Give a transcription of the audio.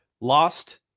Lost